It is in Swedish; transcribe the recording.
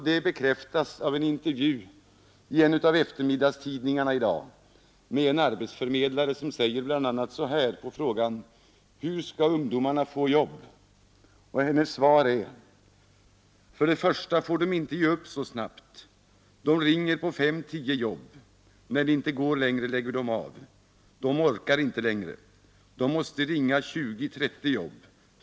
Detta bekräftas av en intervju med en arbetsförmedlare i en av eftermiddagstidningarna i dag. På frågan hur ungdomarna skall få jobb svarar hon: ”För det första får dom inte ge upp så snabbt. Dom ringer på fem tio jobb. När det inte går lägger dom av. Dom orkar inte längre. Dom måste ringa på tjugo trettio jobb.